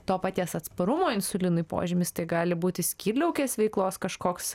to paties atsparumo insulinui požymiais tai gali būti skydliaukės veiklos kažkoks